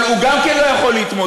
אבל הוא גם כן לא יכול להתמודד.